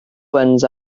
ones